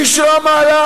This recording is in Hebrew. איש רם מעלה,